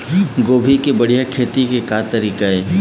गोभी के बढ़िया खेती के तरीका का हे?